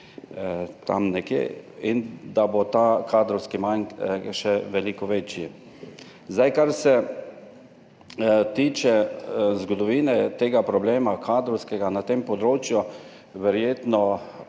tam nekje, bo ta kadrovski manko še veliko večji. Kar se tiče zgodovine tega problema, kadrovskega, na tem področju, verjetno